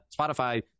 Spotify